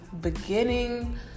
beginning